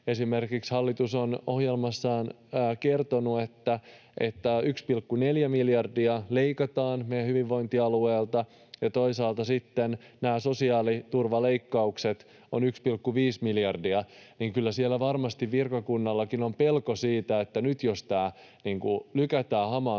Esimerkiksi hallitus on ohjelmassaan kertonut, että 1,4 miljardia leikataan meidän hyvinvointialueilta, ja toisaalta sitten nämä sosiaaliturvaleikkaukset ovat 1,5 miljardia. Kyllä siellä varmasti virkakunnallakin on pelko siitä, että nyt jos tämä lykätään hamaan